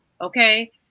okay